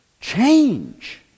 change